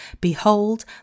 Behold